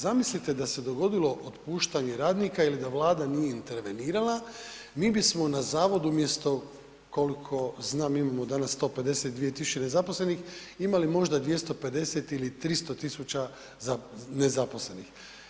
Zamislite da se dogodilo otpuštanje radnika ili da Vlada nije intervenirala, mi bismo na zavodu umjesto koliko znam imamo danas 152.000 nezaposlenih imali možda 250 ili 300.000 nezaposlenih.